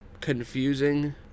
confusing